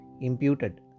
imputed